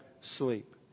sleep